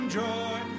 joy